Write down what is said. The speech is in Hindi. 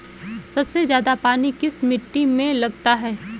सबसे ज्यादा पानी किस मिट्टी में लगता है?